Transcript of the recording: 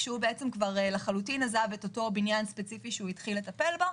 כשהוא לחלוטין עזב את אותו בניין ספציפי שהוא התחיל לטפל בו.